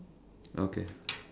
okay